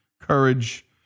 courage